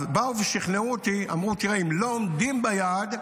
באו ושכנעו אותי, אמרו: תראה, אם לא עומדים ביעד,